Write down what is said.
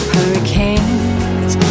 Hurricanes